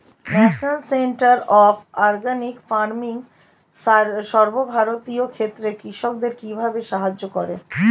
National centre of organic farming সর্বভারতীয় ক্ষেত্রে কৃষকদের কিভাবে সাহায্য করে?